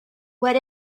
what